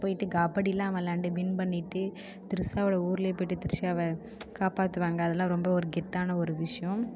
போய்விட்டு கபடிலாம் விள்ளாண்டு வின் பண்ணிவிட்டு திரிஷாவோட ஊர்லையே போய்விட்டு திரிஷாவை காப்பாற்றுவாங்க அதல்லாம் ரொம்ப ஒரு கெத்தான ஒரு விஷயம்